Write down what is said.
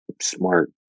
smart